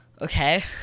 Okay